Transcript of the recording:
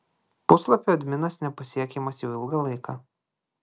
puslapio adminas nepasiekiamas jau ilgą laiką